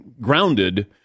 grounded